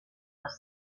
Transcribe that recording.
les